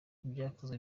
ibyakozwe